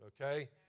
okay